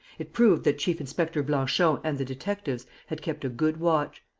it proved that chief-inspector blanchon and the detectives had kept a good watch.